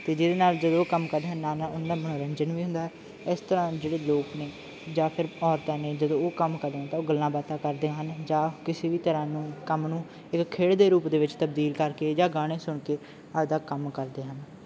ਅਤੇ ਜਿਹਦੇ ਨਾਲ ਜਦੋਂ ਉਹ ਕੰਮ ਕਰਦੇ ਹਨ ਨਾਲ ਨਾਲ ਉਹਨਾਂ ਦਾ ਮਨੋਰੰਜਨ ਵੀ ਹੁੰਦਾ ਹੈ ਇਸੇ ਤਰ੍ਹਾਂ ਜਿਹੜੇ ਲੋਕ ਨੇ ਜਾਂ ਫੇਰ ਔਰਤਾਂ ਨੇ ਜਦੋਂ ਉਹ ਕੰਮ ਕਰਦੀਆਂ ਹਨ ਤਾਂ ਉਹ ਗੱਲਾਂ ਬਾਤਾਂ ਕਰਦੀਆਂ ਹਨ ਜਾਂ ਕਿਸੇ ਵੀ ਤਰ੍ਹਾਂ ਨੂੰ ਕੰਮ ਨੂੰ ਇੱਕ ਖੇਡ ਦੇ ਰੂਪ ਦੇ ਵਿੱਚ ਤਬਦੀਲ ਕਰਕੇ ਜਾਂ ਗਾਣੇ ਸੁਣ ਕੇ ਆਪਦਾ ਕੰਮ ਕਰਦੇ ਹਨ